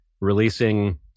releasing